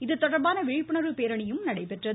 இதுதொடர்பான விழிப்புணர்வு பேரணியும் நடைபெற்றது